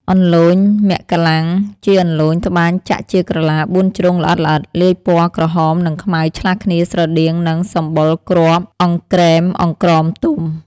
អន្លូញមក្លាំ ជាអន្លូញត្បាញចាក់ជាក្រឡាបួនជ្រុងល្អិតៗ លាយព័ណ៌ក្រហមនិងខ្មៅឆ្លាស់គ្នាស្រដៀងនឹងសម្បុរគ្រាប់អង្ក្រេមអង្ក្រមទុំ។